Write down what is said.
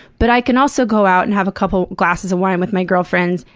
but i can also go out and have a couple glasses of wine with my girlfriends,